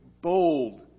bold